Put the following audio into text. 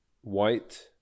white